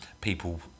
people